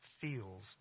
feels